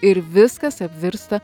ir viskas apvirsta